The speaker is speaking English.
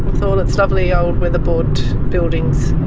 with all its lovely old weatherboard buildings.